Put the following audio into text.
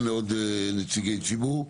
אני לא אומר להתעלם מעניין הציפוף,